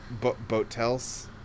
Boatels